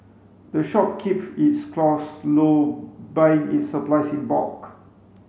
the shop keep its cost low buying its supplies in bulk